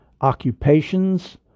occupations